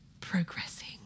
Progressing